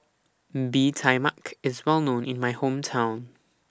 Bee Tai Mak IS Well known in My Hometown